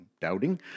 doubting